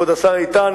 כבוד השר איתן,